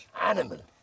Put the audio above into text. animal